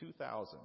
2000